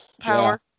Power